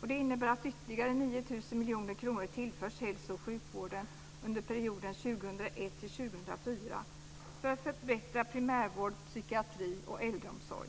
Det innebär att ytterligare 9 miljarder kronor tillförs hälso och sjukvården under perioden 2001-2004 för att förbättra primärvård, psykiatri och äldreomsorg.